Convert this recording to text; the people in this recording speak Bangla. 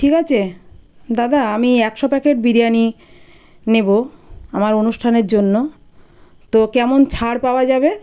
ঠিক আছে দাদা আমি একশো প্যাকেট বিরিয়ানি নেবো আমার অনুষ্ঠানের জন্য তো কেমন ছাড় পাওয়া যাবে